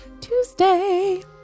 Tuesday